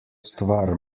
stvar